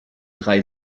drei